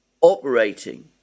operating